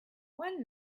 one